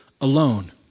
alone